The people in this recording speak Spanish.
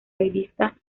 revista